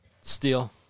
Steel